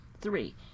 three